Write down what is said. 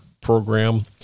program